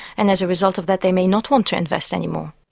and as a result of that they may not want to invest anymore.